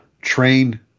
train